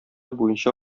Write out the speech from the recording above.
буенча